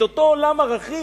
את אותו עולם ערכים,